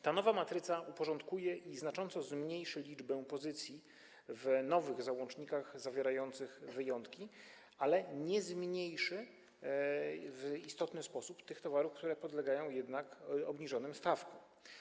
Ta nowa matryca uporządkuje i znacząco zmniejszy liczbę pozycji w nowych załącznikach zawierających wyjątki, ale nie zmniejszy w istotny sposób liczby tych towarów, które podlegają opodatkowaniu obniżoną stawką.